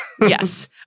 Yes